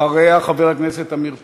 אחריה, חבר הכנסת עמיר פרץ.